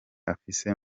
afise